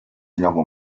znowu